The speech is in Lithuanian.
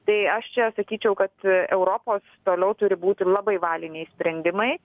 tai aš čia sakyčiau kad europos toliau turi būti labai valiniai sprendimai